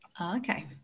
Okay